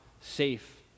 safe